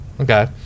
Okay